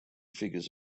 figures